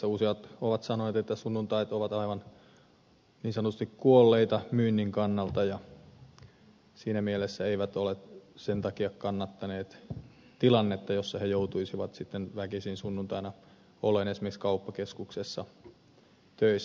useat ovat sanoneet että sunnuntait ovat aivan niin sanotusti kuolleita myynnin kannalta ja siinä mielessä eivät ole sen takia kannattaneet tilannetta jossa he joutuisivat väkisin sunnuntaina olemaan esimerkiksi kauppakeskuksessa töissä